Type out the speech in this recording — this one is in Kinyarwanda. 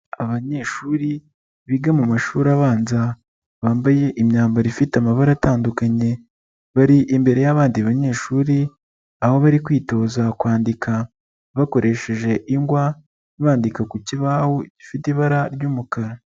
Abanyeshuri biga mu mashuri abanza bambaye imyambaro ifite amabara atandukanye, bari imbere y'abandi banyeshuri, aho bari kwitoza kwandika, bakoresheje ingwa, bandika ku kibaho gifite ibara ry'umukara.